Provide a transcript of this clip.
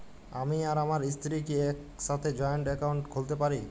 আমি আর আমার স্ত্রী কি একসাথে জয়েন্ট অ্যাকাউন্ট খুলতে পারি?